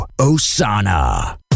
Osana